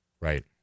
Right